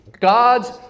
God's